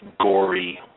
gory